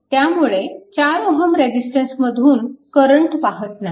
त्यामुळे 4 Ω रेजिस्टन्समधून करंट वाहत नाही